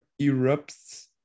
erupts